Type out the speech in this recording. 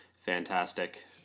fantastic